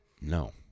No